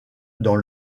dans